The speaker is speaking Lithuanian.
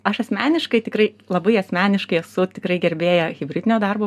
aš asmeniškai tikrai labai asmeniškai esu tikrai gerbėja hibridinio darbo